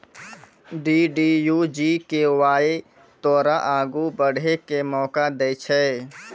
DDU GKY तोरा आगू बढ़ै के मौका दै छै